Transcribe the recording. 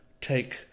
take